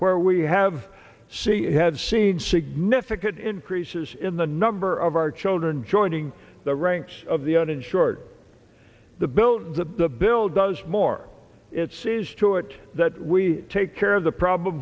where we have see have seen significant increases in the number of our children joining the ranks of the uninsured the bill to the bill does more it sees to it that we take care of the problem